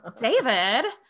David